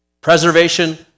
Preservation